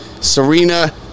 Serena